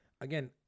again